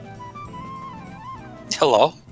Hello